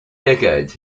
decades